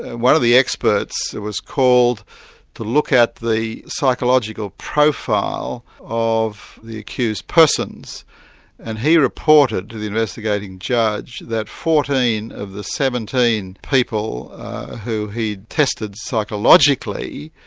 one of the experts was called to look at the psychological profile of the accused persons and he reported to the investigating judge that fourteen of the seventeen people who he'd tested psychologically,